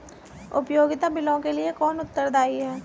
उपयोगिता बिलों के लिए कौन उत्तरदायी है?